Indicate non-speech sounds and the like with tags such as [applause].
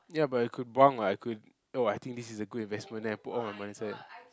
ya but I could buang what I could oh I think this is a good investment then I put all my money inside [noise]